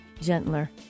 gentler